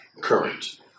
current